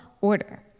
order